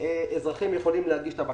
אזרחים יכולים להגיש את הבקשות.